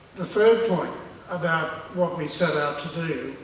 the third point about what we set out to do,